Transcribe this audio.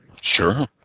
Sure